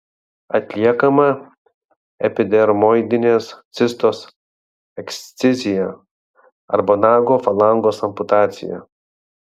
atliekama epidermoidinės cistos ekscizija arba nago falangos amputacija